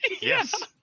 Yes